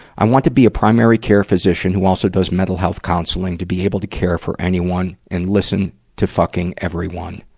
i want to be a primary care physician who also does mental health counseling to be able to care for anyone and listen to fucking everyone.